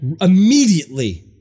Immediately